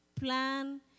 plan